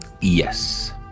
Yes